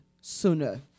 sooner